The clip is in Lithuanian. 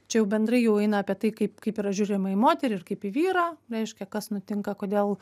čia jau bendrai jau eina apie tai kaip kaip yra žiūrima į moterį ir kaip į vyrą reiškia kas nutinka kodėl